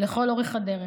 לכל אורך הדרך.